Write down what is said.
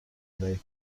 دهید